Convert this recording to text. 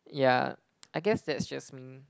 yeah I guess that's just me